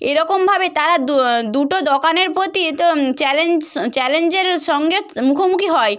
এরকমভাবে তারা দুটো দোকানের প্রতি তো চ্যালেঞ্জ চ্যালেঞ্জের সঙ্গে মুখোমুখি হয়